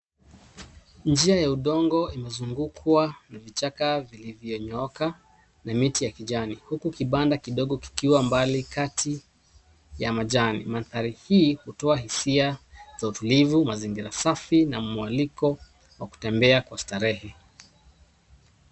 Njia ya udongo imezungukwa na vichaka vilivyonyooka na miti ya kijani huku kibanda kidogo kikiwa mbali kati ya majani. Mandhari hii hutoa hisia za utulivu, mazingira safi na mwaliko wa kutembea kwa starehe.